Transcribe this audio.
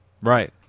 Right